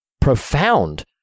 profound